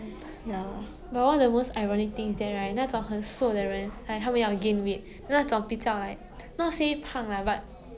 but it's just 因为你没有一个东西 then you think the other thing is better ya like